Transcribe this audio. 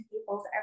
people's